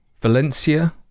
Valencia